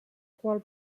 qual